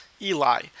Eli